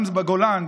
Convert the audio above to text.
גם בגולן,